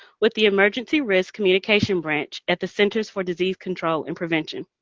with the emergency risk communication branch at the centers for disease control and prevention.